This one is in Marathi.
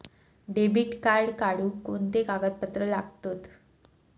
डेबिट कार्ड काढुक कोणते कागदपत्र लागतत?